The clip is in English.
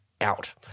out